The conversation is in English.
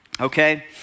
okay